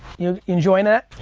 you enjoying it?